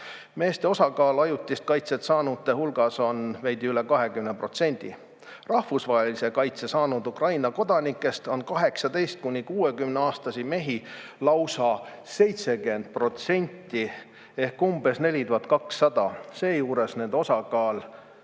Meeste osakaal ajutise kaitse saanute hulgas on veidi üle 20%. Rahvusvahelise kaitse saanud Ukraina kodanikest on 18–60-aastasi mehi lausa 70% ehk umbes 4200. Seejuures nende osakaal